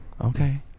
Okay